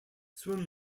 swim